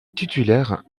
titulaire